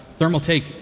Thermaltake